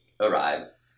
arrives